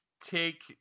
take